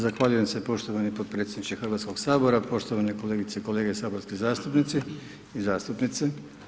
Zahvaljujem se poštovani podpredsjedniče Hrvatskog sabora, poštovane kolegice i kolege, saborski zastupnici i zastupnice.